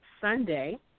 sunday